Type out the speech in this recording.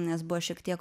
nes buvo šiek tiek